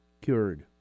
cured